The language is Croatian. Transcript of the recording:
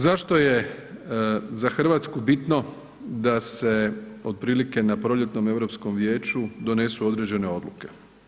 Zašto je za Hrvatsku bitno da se otprilike na proljetnom Europskom vijeću donesu određene odluke?